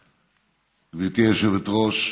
השר,